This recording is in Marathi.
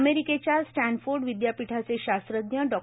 अमेरिकेच्या स्टॅनफोर्ड विद्यापीठाचे शास्त्रज्ञ डॉ